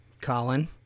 Colin